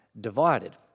divided